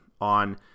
on